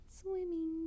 Swimming